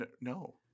No